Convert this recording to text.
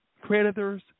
creditors